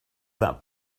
that